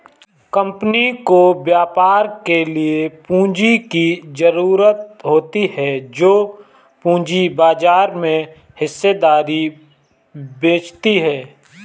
company को व्यापार के लिए पूंजी की ज़रूरत होती है जो पूंजी बाजार में हिस्सेदारी बेचती है